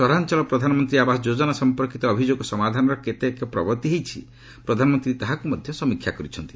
ସହରାଞ୍ଚଳ ପ୍ରଧାନମନ୍ତ୍ରୀ ଆବାସ ଯୋଜନା ସମ୍ପକିତ ଅଭିଯୋଗ ସମାଧାନର କେତେ ପ୍ରଗତି ହୋଇଛି ପ୍ରଧାନମନ୍ତ୍ରୀ ତାହାକୁ ମଧ୍ୟ ସମୀକ୍ଷା କରିଛନ୍ତି